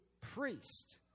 priest